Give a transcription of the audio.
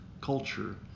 culture